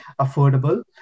affordable